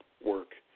work